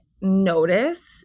notice